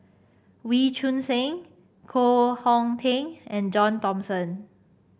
Wee Choon Seng Koh Hong Teng and John Thomson